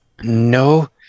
No